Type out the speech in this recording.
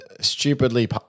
stupidly